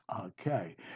Okay